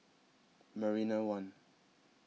Marina one